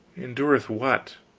endureth what?